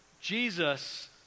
Jesus